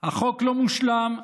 החוק לא מושלם,